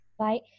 right